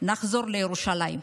נחזור לירושלים.